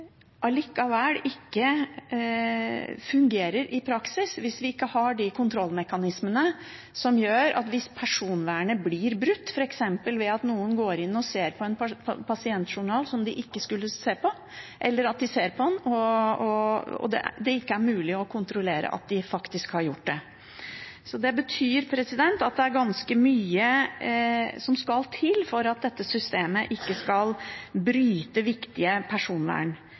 allikevel ikke fungerer i praksis hvis vi ikke har de kontrollmekanismene som gjør at hvis personvernet blir brutt f.eks. ved at noen går inn og ser på en pasientjournal som de ikke skulle se på, er det mulig å kontrollere at de faktisk har gjort det. Det betyr at det er ganske mye som skal til for at dette systemet ikke skal bryte viktige